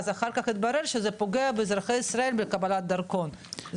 ואחר כך מתברר שזה פוגע באזרחי ישראל בקבלת דרכון,